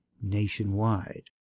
nationwide